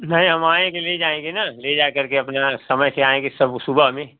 नही हम आयेंगे ले जाएंगे ना ले जा के पाने यहाँ समेट के आएंगे सुबह भी